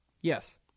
Yes